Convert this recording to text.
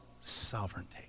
sovereignty